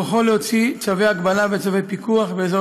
בכוחו להוציא צווי הגבלה וצווי פיקוח באזור